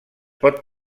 pot